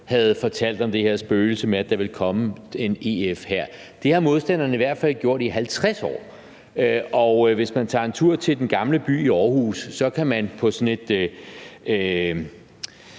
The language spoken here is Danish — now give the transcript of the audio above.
havde fortalt om det her spøgelse med, at der ville komme en EF-hær. Det har modstandere i hvert fald gjort i 50 år, og hvis man tager en tur til Den Gamle By i Aarhus, kan man i et